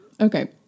Okay